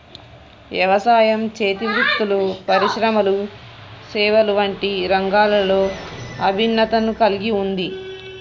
యవసాయం, చేతి వృత్తులు పరిశ్రమలు సేవలు వంటి రంగాలలో ఇభిన్నతను కల్గి ఉంది